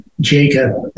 Jacob